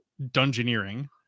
dungeoneering